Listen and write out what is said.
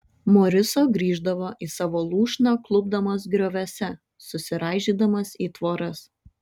moriso grįždavo į savo lūšną klupdamas grioviuose susiraižydamas į tvoras